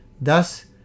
Thus